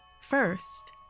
First